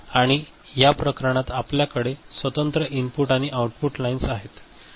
आणि या प्रकरणात आपल्याकडे स्वतंत्र इनपुट आणि आउटपुट लाइन आहेत